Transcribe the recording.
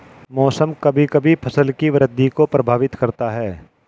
मौसम कभी कभी फसल की वृद्धि को प्रभावित करता है